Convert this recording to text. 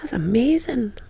amazing.